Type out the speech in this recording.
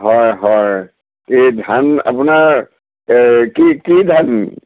হয় হয় এই ধান আপোনাৰ কি কি ধান